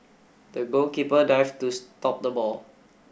the goalkeeper dived to stop the ball